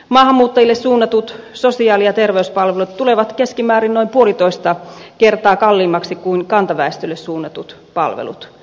maahanmuuttajille suunnatut sosiaali ja terveyspalvelut tulevat keskimäärin noin puolitoista kertaa kalliimmaksi kuin kantaväestölle suunnatut palvelut